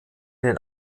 den